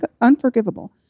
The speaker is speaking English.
unforgivable